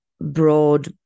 broad